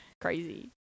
Crazy